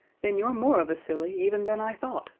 then you're more of a silly even than i thought,